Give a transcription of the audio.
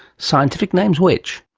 scientific names, which?